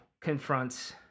confronts